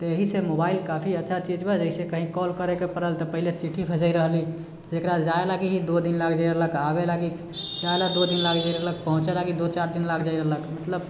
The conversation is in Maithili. तऽ एहिसँ मोबाइल काफी अच्छा चीज बा जइसे कही काल करैके पड़ल तऽ पहले चिठ्ठी पतरि रहलै जेकरा जाइत लागि ही दो दिन लागि जाइत रहलक आबै लागि दो दिन लागि जाइत रहलक पहुँचै लागि दो चारि दिन लागि जाइत रहलक मतलब